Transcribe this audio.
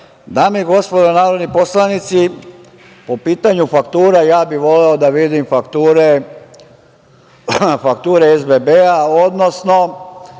i gospodo narodni poslanici, po pitanju faktura, ja bih voleo da vidim fakture SBB-a, odnosno